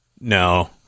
No